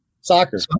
soccer